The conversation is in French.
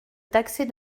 taxer